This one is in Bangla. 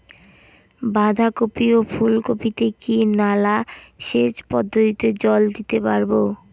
বাধা কপি ও ফুল কপি তে কি নালা সেচ পদ্ধতিতে জল দিতে পারবো?